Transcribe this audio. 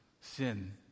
sin